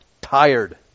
tired